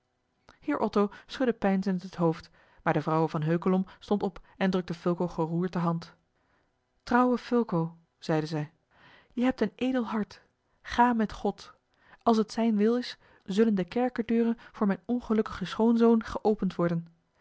heer otto schudde peinzend het hoofd maar de vrouwe van heukelom stond op en drukte fulco geroerd de hand trouwe fulco zeide zij gij hebt een edel hart ga met god als het zijn wil is zullen de kerkerdeuten voor mijn ongelukkigen schoonzoon geopend worden